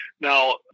Now